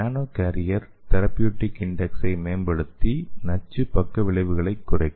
நானோ carrier therapeutic index ஐ மேம்படுத்தி நச்சு பக்க விளைவுகளை குறைக்கும்